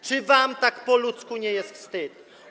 Czy wam tak po ludzku nie jest wstyd?